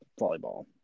volleyball